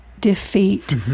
defeat